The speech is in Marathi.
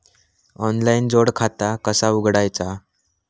ऑनलाइन जोड खाता कसा उघडायचा?